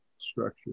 structure